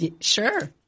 Sure